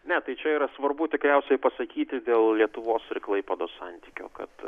ne tai čia yra svarbu tikriausiai pasakyti vėl lietuvos ir klaipėdos santykio kad